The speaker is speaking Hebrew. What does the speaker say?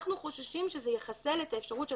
אנחנו חוששים שזה יחסל את האפשרות של